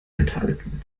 enthalten